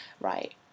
Right